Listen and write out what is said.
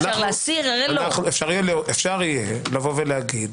אפשר יהיה לומר: